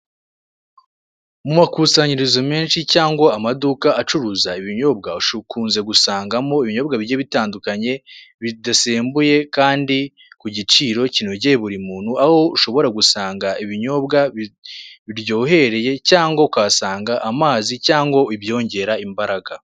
Mu makusanyirizo menshi cyangwa amaduka acuruza ibinyobwa, ukunze gusangamo ibinyobwa bigiye bitandukanye, bidasembuye, kandi ku giciro kinogeye buri muntu, aho ushobora gusanga ibinyobwa biryohereye, cyangwa ukahasanga amazi cyangwa ibyongera imbaraga.